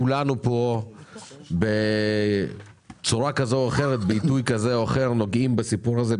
כולנו פה בצורה כזאת או אחרת ובעיתוי כזה או אחר נוגעים בסיפור הזה,